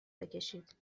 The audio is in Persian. بکشید